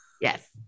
Yes